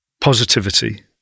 Positivity